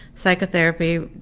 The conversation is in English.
psychotherapy,